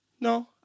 No